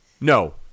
No